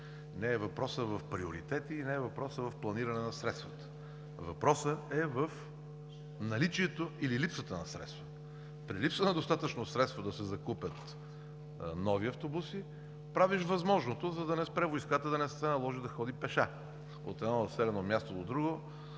Не е въпросът в приоритети и не е въпросът в планиране на средствата. Въпросът е в наличието или липсата на средства. При липса на достатъчно средства да се закупят нови автобуси, правиш възможното, за да не спре войската – да не се наложи да ходи пеша от едно населено място до друго,